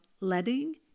letting